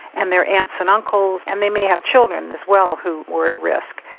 and their aunts and uncles and they may have children as well who were at risk.